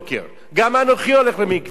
גם אנוכי הולך למקווה, מה לעשות.